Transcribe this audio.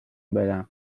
بدم